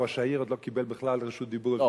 ראש העיר לא קיבל בכלל רשות דיבור.